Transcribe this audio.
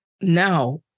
Now